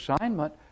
assignment